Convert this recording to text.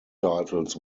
titles